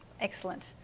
Excellent